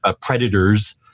Predators